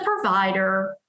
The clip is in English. provider